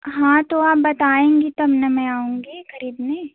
हाँ तो आप बताएँगी तब न मैं आऊँगी खरीदने